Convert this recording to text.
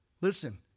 listen